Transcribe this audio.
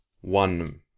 one